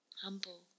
humble